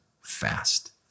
fast